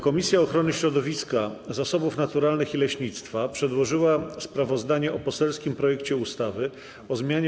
Komisja Ochrony Środowiska, Zasobów Naturalnych i Leśnictwa przedłożyła sprawozdanie o poselskim projekcie ustawy o zmianie